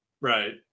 Right